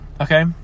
Okay